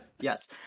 yes